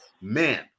man